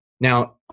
Now